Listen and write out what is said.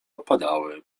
opadały